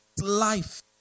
Life